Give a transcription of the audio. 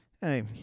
hey